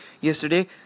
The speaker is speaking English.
yesterday